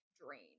drain